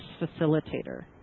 facilitator